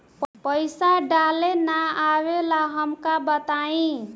पईसा डाले ना आवेला हमका बताई?